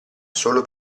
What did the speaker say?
solo